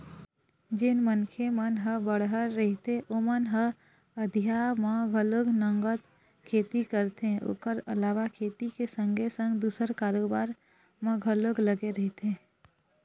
जेन मनखे मन ह बड़हर रहिथे ओमन ह अधिया म घलोक नंगत खेती करथे ओखर अलावा खेती के संगे संग दूसर कारोबार म घलोक लगे रहिथे